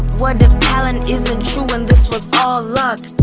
what if talent isn't true, and this was all luck.